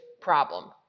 problem